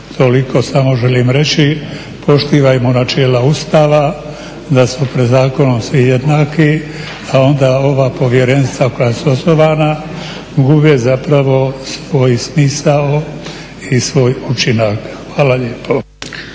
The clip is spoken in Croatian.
toliko. Samo želim reći poštivajmo načela Ustava da smo pred zakonom svi jednaki a onda ova povjerenstva koja su osnovana gube zapravo svoj smisao i svoj učinak. Hvala lijepo.